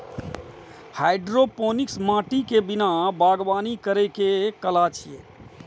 hydroponics माटि के बिना बागवानी करै के कला छियै